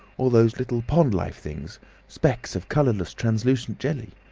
all those little pond-life things specks of colourless translucent jelly!